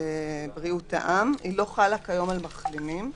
בריאות העם, והיא לא חלה כיום על מחלימים.